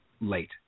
late